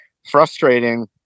frustrating